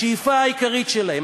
השאיפה העיקרית שלהם,